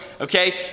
Okay